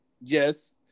yes